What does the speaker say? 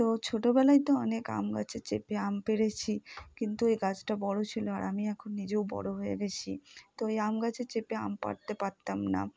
তো ছোটোবেলায় তো অনেক আম গাছে চেপে আম পেড়েছি কিন্তু এ গাছটা বড়ো ছিলো আর আমি এখন নিজেও বড়ো হয়ে গেছি তো এই আম গাছে চেপে আম পাড়তে পারতাম না